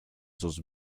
sus